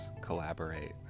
collaborate